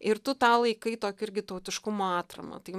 ir tu tą laikai tokiu irgi tautiškumo atrama tai